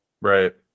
right